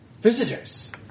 visitors